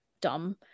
dumb